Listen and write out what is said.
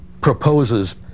proposes